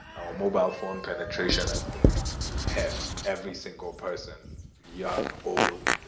our mobile phone penetration has been heavy. every single person young, old,